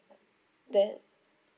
then